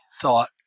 thought